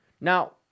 Now